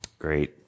Great